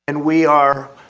and we are,